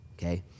okay